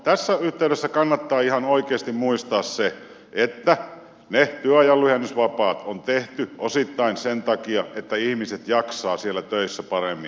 tässä yhteydessä kannattaa ihan oikeasti muistaa se että ne työajan lyhennysvapaat on tehty osittain sen takia että ihmiset jaksavat töissä paremmin kuin tähän asti